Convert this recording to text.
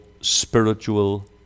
spiritual